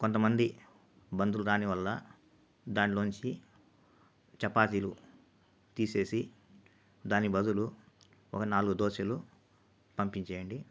కొంతమంది బంధువులు రాని వల్ల దానిలో నుంచి చపాతీలు తీసేసి దాని బదులు ఒక నాలుగు దోసెలు పంపించేయండి